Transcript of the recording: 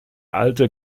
alte